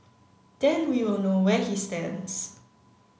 then we will know where he stands